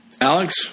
Alex